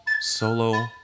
solo